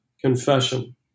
confession